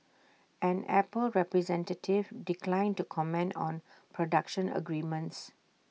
an Apple representative declined to comment on production agreements